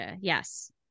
Yes